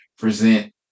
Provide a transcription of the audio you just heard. present